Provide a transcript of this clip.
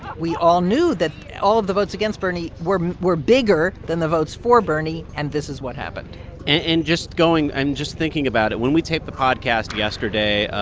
we all knew that all of the votes against bernie were were bigger than the votes for bernie. and this is what happened and just going and just thinking about it, when we taped the podcast yesterday,